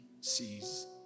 sees